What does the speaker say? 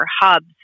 hubs